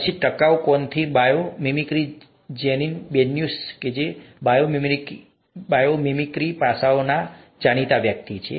પછી ટકાઉ કોણથી બાયો મિમિક્રી જેનીન બેન્યુસ જે બાયો મિમિક્રી પાસાઓમાં જાણીતી વ્યક્તિ છે